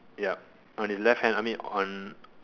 ya on his left hand I mean on